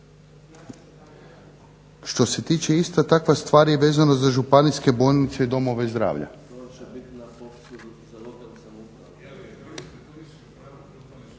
Što se tiče isto takva stvar je vezana za županijske bolnice i domove zdravlja.